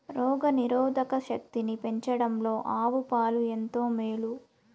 రోగ నిరోధక శక్తిని పెంచడంలో ఆవు పాలు ఎంతో మేలు